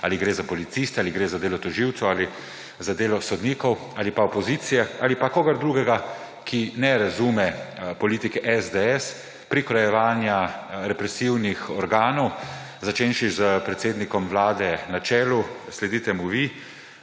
ali gre za policiste, ali gre za delo tožilcev, ali za delo sodnikov, ali pa opozicije, ali pa kogar drugega, ki ne razume politike SDS, prikrojevanja represivnih organov, začenši s predsednikom Vlade na čelu, sledite mu vi,